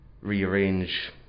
rearrange